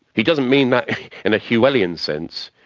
he doesn't mean that in a whewellian sense,